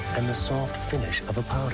and the soft finh of a